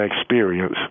experience